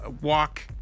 Walk